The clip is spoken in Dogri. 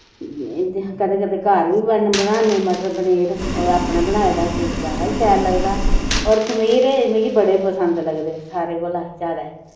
एह्दे हा कदें कदें घर बी बनाने मटर पनीर ओह् अपना बनाए दा ज्यादा शैल लगदा और खमीरे मिगी बड़े पसंद लगदे सारे कोला ज्यादै